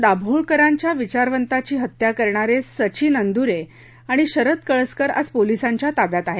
दाभोलकरांसारख्या विचारवंतांची हत्या करणारे सचिन अंदुरे आणि शरद कळसकर आज पोलिसांच्या ताब्यात आहेत